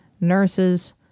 nurses